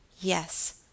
Yes